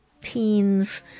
teens